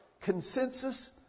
consensus